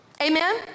Amen